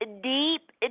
deep